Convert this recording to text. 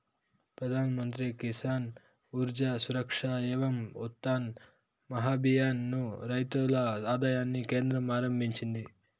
ప్రధాన్ మంత్రి కిసాన్ ఊర్జా సురక్ష ఏవం ఉత్థాన్ మహాభియాన్ ను రైతుల ఆదాయాన్ని కేంద్రం ఆరంభించింది